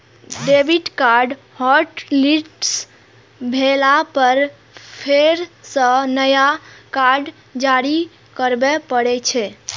debit card hotlist भेला पर फेर सं नया कार्ड जारी करबे पड़ै छै